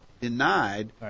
denied